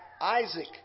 Isaac